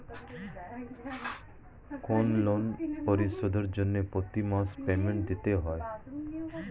কোনো লোন পরিশোধের জন্য প্রতি মাসে পেমেন্ট দিতে হয়